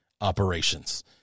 operations